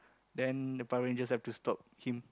then the Power-Rangers will have to stop him